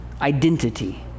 identity